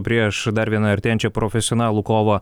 prieš dar vieną artėjančią profesionalų kovą